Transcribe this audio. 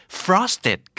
frosted